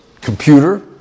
computer